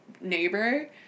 neighbor